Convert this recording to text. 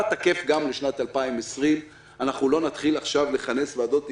תקף גם לשנת 2020. אנחנו לא נתחיל עכשיו לכנס ועדות אפיון.